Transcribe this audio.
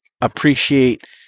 appreciate